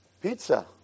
Pizza